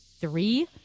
three